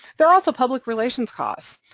there are also public relations costs,